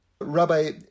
Rabbi